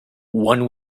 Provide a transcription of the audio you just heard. one